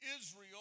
Israel